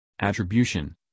Attribution